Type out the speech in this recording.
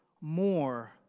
more